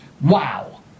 Wow